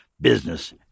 business